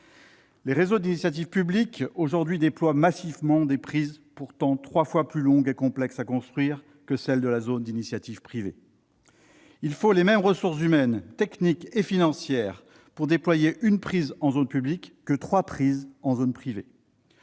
les réseaux d'initiative publique déploient massivement des prises pourtant trois fois plus longues et complexes à construire que celles de la zone d'initiative privée. Il faut les mêmes ressources humaines, techniques et financières pour déployer une prise en zone publique que trois prises en zone privée.